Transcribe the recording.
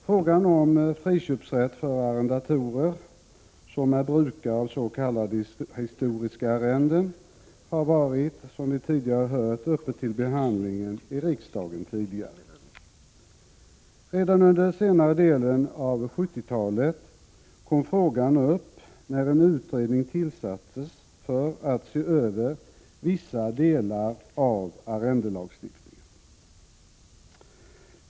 Frågan om friköpsrätt för arrendatorer, som är brukare av s.k. historiska arrenden, har, som vi redan har hört, varit uppe till behandling i riksdagen tidigare. Redan under senare delen av 1970-talet kom frågan upp när en utredning tillsattes för att se över vissa delar av arrendelagstiftningen.